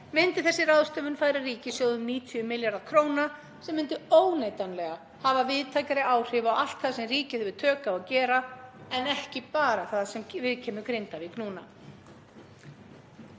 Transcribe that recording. myndi þessi ráðstöfun færa ríkissjóði um 90 milljarða kr. sem myndi óneitanlega hafa víðtækari áhrif á allt það sem ríkið hefur tök á að gera en ekki bara það sem viðkemur Grindavík núna.